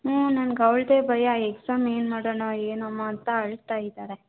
ಹ್ಞೂ ನನಗೆ ಅವಳದೇ ಭಯ ಎಕ್ಸಾಮ್ ಏನು ಮಾಡೋಣ ಏನಮ್ಮಾ ಅಂತ ಅಳ್ತಾ ಇದ್ದಾರೆ